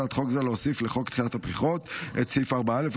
בהצעת חוק זו מוצע להוסיף לחוק דחיית הבחירות את סעיף 4א,